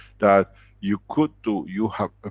that you could do, you have, ah